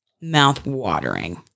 mouth-watering